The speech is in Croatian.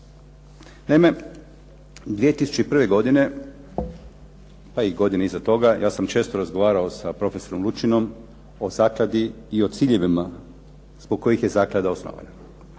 Naime, 2001. godine pa i godine iza toga ja sam često razgovarao sa profesorom Lučinom o zakladi i o ciljevima zbog kojih je zaklada osnovana.